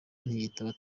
ntiyitaba